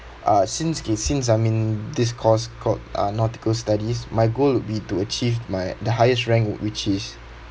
uh since K since I'm in this course called uh nautical studies my goal would be to achieve my the highest rank which is